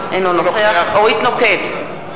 אינו נוכח אורית נוקד,